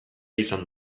izan